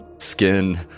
Skin